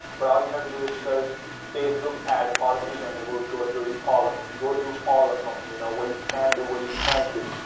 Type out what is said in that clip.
but all you have to do is search facebook ad policies and it will go through all of them, go through all of them, you you know, what you can do, what you can't do.